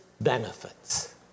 benefits